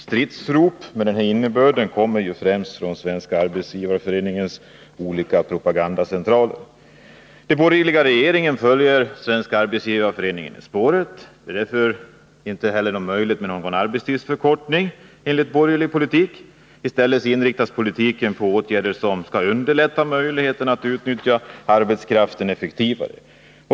Stridsrop med den innebörden kommer främst från Svenska arbetsgivareföreningens olika Den borgerliga regeringen följer Svenska arbetsgivareföreningen i spåret. Det är därför inte heller möjligt med någon arbetstidsförkortning enligt borgerlig politik. I stället inriktas politiken på åtgärder som skall underlätta möjligheterna att utnyttja arbetskraften effektivare.